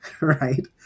Right